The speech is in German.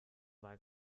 war